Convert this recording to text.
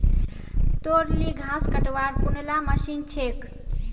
तोर ली घास कटवार कुनला मशीन छेक